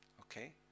Okay